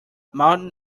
mount